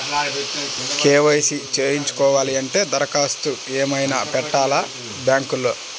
KYC చేయించుకోవాలి అంటే దరఖాస్తు ఏమయినా పెట్టాలా బ్యాంకులో?